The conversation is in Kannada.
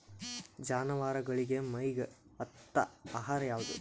ಜಾನವಾರಗೊಳಿಗಿ ಮೈಗ್ ಹತ್ತ ಆಹಾರ ಯಾವುದು?